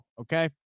okay